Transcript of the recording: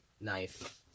knife